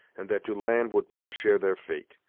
and that to land would be to share their fate.